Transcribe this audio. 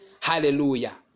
Hallelujah